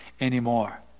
anymore